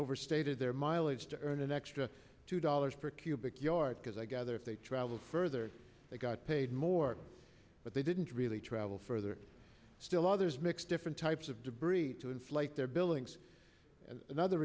overstated their mileage to earn an extra two dollars per cubic yard because i gather if they travel further they got paid more but they didn't really travel further still others mix different types of debris to inflate their billings and another